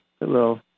Hello